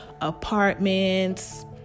apartments